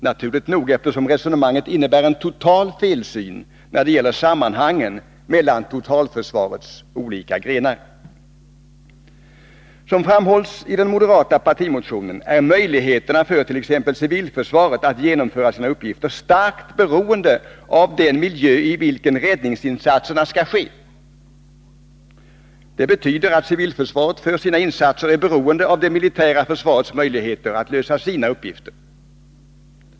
Naturligt nog, eftersom resonemanget innebär en total felsyn när det gäller sammanhangen mellan totalförsvarets olika grenar. Som framhålls i den moderata partimotionen är möjligheterna för t.ex. civilförsvaret att genomföra sina uppgifter starkt beroende av den miljö i vilken räddningsinsatserna skall ske. Det betyder att civilförsvaret för sina insatser är beroende av det militära försvarets möjligheter att lösa sina uppgifter.